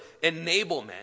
enablement